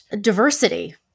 diversity